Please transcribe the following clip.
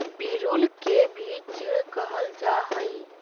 पिरुल के भी चीड़ कहल जा हई